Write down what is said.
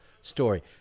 story